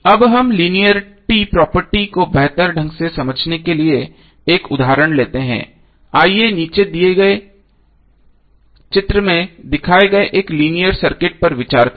अब हम linearity property को बेहतर ढंग से समझने के लिए एक उदाहरण लेते हैं आइए नीचे दिए गए चित्र में दिखाए गए एक लीनियर सर्किट पर विचार करें